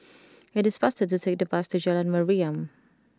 it is faster to take the bus to Jalan Mariam